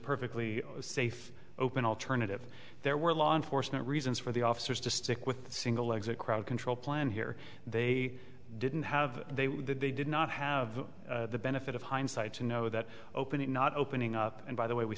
perfectly safe open alternative there were law enforcement reasons for the officers to stick with the single exit crowd control plan here they didn't have they would they did not have the benefit of hindsight to know that opening not opening up and by the way we